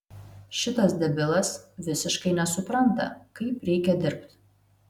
šitas debilas visiškai nesupranta kaip reikia dirbt